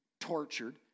tortured